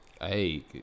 Hey